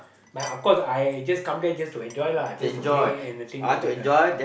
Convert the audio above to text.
but of course I just come back just to enjoy lah just to play and the thing and all that lah